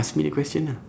ask me a question ah